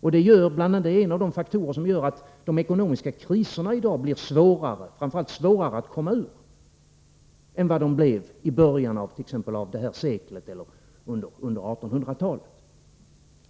Detta är en av de faktorer som gör att de ekonomiska kriserna i dag blir svårare — och framför allt svårare att komma ur — än vad som var fallet t.ex. i början av det här seklet eller under 1800-talet.